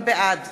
בעד